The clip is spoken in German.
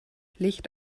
licht